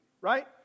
right